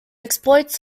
exploits